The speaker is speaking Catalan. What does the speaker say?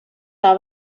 seves